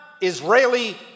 Israeli